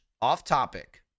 off-topic